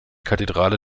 kathedrale